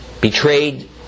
Betrayed